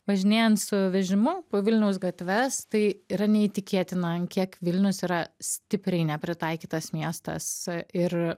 važinėjant su vežimu po vilniaus gatves tai yra neįtikėtina ant kiek vilnius yra stipriai nepritaikytas miestas ir